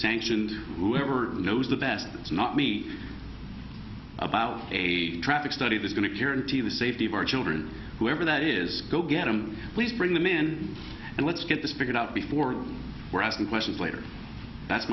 sanctioned whoever knows the best that's not me about a traffic study that going to guarantee the safety of our children whoever that is go get them please bring them in and let's get this figured out before we're asking questions later that's